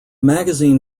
magazine